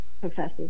Professor